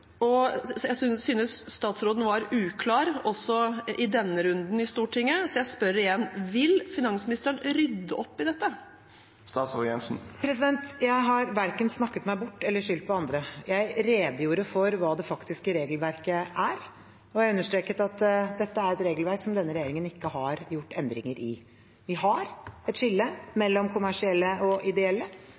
Jeg synes statsråden var uklar også i denne runden i Stortinget, så jeg spør igjen: Vil finansministeren rydde opp i dette? Jeg har verken snakket meg bort eller skyldt på andre; jeg redegjorde for hva det faktiske regelverket er, og jeg understreket at dette er et regelverk som denne regjeringen ikke har gjort endringer i. Vi har et skille mellom kommersielle og ideelle,